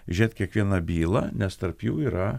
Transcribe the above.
žiūrėt kiekvieną bylą nes tarp jų yra